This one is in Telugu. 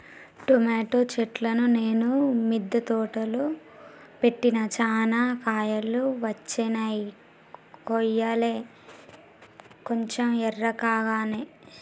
టమోటో చెట్లును నేను మిద్ద తోటలో పెట్టిన చానా కాయలు వచ్చినై కొయ్యలే కొంచెం ఎర్రకాగానే